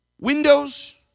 Windows